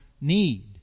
need